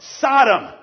Sodom